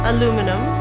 Aluminum